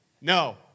no